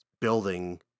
building